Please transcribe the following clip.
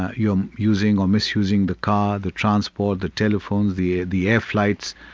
you're using, or misusing the car, the transport, the telephone, the the air flights,